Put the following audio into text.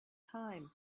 time